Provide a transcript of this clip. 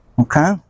Okay